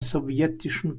sowjetischen